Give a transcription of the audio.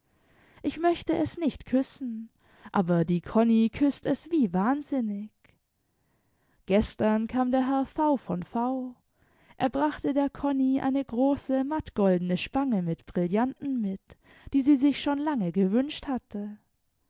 ich möchte es nicht küssen aber die konni küßt es wie wahnsinnig gestern kam der herr v v v er brachte der konni eine große mattgoldene spange mit brillanten mit die sie sieb schon lange gewünscht hatte